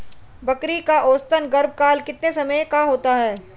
बकरी का औसतन गर्भकाल कितने समय का होता है?